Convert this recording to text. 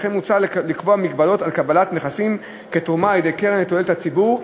לכן מוצע לקבוע מגבלות על קבלת נכסים כתרומה על-ידי קרן לתועלת הציבור.